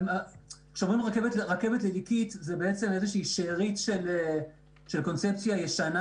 כשאומרים רכבת לליקית זו בעצם איזושהי שארית של קונספציה ישנה